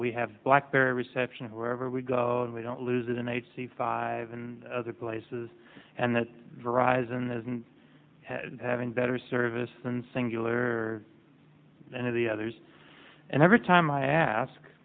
we have blackberry reception wherever we go and we don't lose it in eighty five in other places and that verizon isn't having better service than singulair and of the others and every time i ask